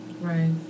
Right